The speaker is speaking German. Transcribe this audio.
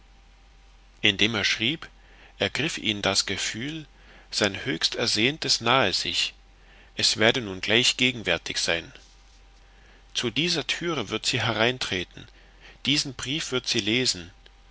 indem er schrieb ergriff ihn das gefühl sein höchstersehntes nahe sich es werde nun gleich gegenwärtig sein zu dieser türe wird sie hereintreten diesen brief wird sie lesen